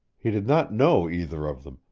he did not know either of them,